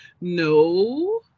No